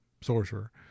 sorcerer